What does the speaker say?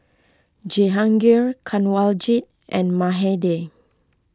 Jehangirr Kanwaljit and Mahade